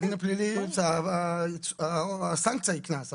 בדין הפלילי הסנקציה היא קנס,